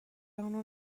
اونو